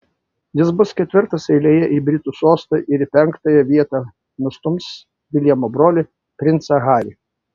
jis bus ketvirtas eilėje į britų sostą ir į penktąją vietą nustums viljamo brolį princą harį